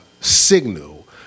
signal